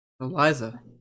Eliza